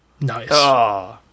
Nice